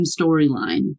storyline